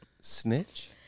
snitch